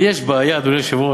לי יש בעיה, אדוני היושב-ראש,